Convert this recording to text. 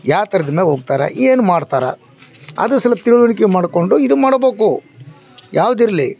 ಯಾವ್ತರದ್ ಮೇಲೆ ಹೋಗ್ತಾರೆ ಏನು ಮಾಡ್ತಾರೆ ಅದು ಸ್ವಲ್ಪ ತಿಳುವಳ್ಕೆ ಮಾಡ್ಕೊಂಡು ಇದು ಮಾಡ್ಬೇಕು ಯಾವುದಿರ್ಲಿ